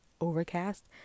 overcast